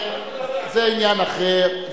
זה עניין אחר.